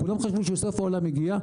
כולם חשבו שסוף העולם הגיע.